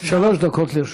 שלוש דקות לרשותך.